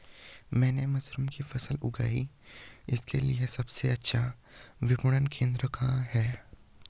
मैंने मशरूम की फसल उगाई इसके लिये सबसे अच्छा विपणन केंद्र कहाँ है?